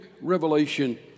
Revelation